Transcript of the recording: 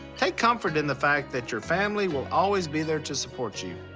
take comfort in the fact that your family will always be there to support you,